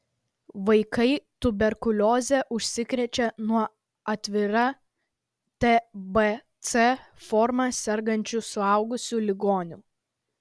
vaikai tuberkulioze užsikrečia nuo atvira tbc forma sergančių suaugusių ligonių